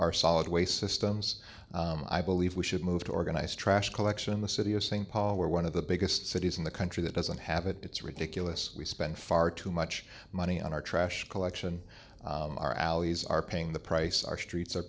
our solid waste systems i believe we should move to organize trash collection in the city of st paul where one of the biggest cities in the country that doesn't have it it's ridiculous we spend far too much money on our trash collection our alleys are paying the price our streets are